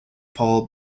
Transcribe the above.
paul